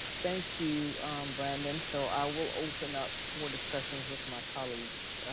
thank you brandon. so i will open up for discussions with my colleagues.